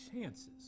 chances